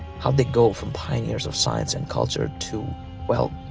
how'd they go from pioneers of science and culture to well,